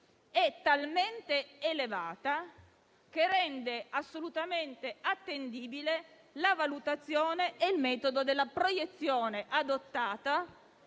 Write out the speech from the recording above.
è talmente elevata che rende assolutamente attendibili la valutazione e il metodo della proiezione, adottati